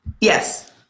Yes